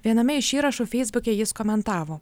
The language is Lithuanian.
viename iš įrašų feisbuke jis komentavo